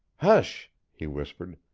hush, he whispered.